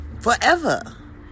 forever